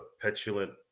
petulant